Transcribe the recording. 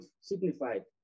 signified